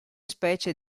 specie